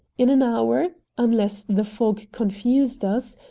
in an hour, unless the fog confused us,